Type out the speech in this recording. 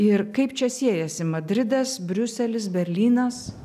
ir kaip čia siejasi madridas briuselis berlynas